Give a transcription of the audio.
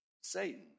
Satan